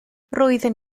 roeddwn